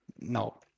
No